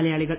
മലയാളികൾ